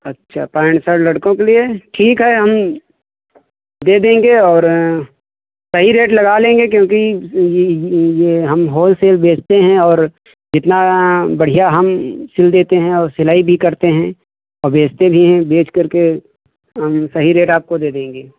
अच्छा pant shirt लड़कों के लिए ठीक है हम दे देंगे और सही रेट लगा लेंगे क्योंकि हम होलसेल बेचते हैं और जितना बढ़िया हम सिल देते हैं और सिलाई भी करते हैं बेचते भी है बेच कर के सही रेट आपको दे देंगे